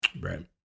Right